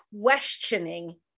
questioning